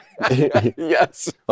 Yes